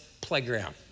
playground